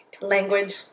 Language